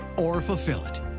or fulfill it?